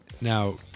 Now